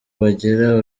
bagira